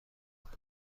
بگین